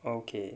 okay